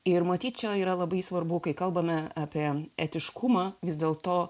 ir matyt čia yra labai svarbu kai kalbame apie etiškumą vis dėlto